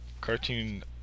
Cartoon